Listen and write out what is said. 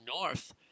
North